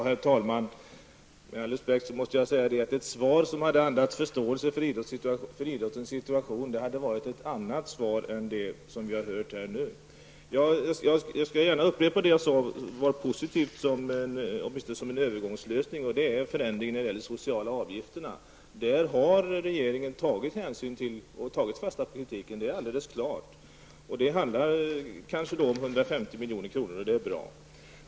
Herr talman! Med all respekt för statsrådet måste jag säga att ett svar som andas förståelse för idrottsrörelsernas situation skulle ha sett annorlunda ut än det som vi har hört här nu. Jag skall gärna upprepa det jag tyckte var positivt, åtminstone som en övergångslösning. Det gäller förändringen av de sociala avgifterna. Regeringen har där tagit hänsyn och tagit fasta på kritiken. Det handlar kanske om 150 milj.kr., och det är bra.